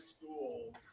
school